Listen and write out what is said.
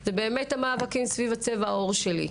זה המאבקים סביב צבע העור שלי,